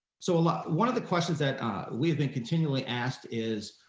so like one of the questions that we've been continually asked is,